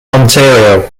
ontario